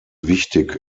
wichtig